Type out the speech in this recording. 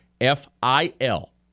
F-I-L